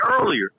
earlier